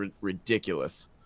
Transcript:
ridiculous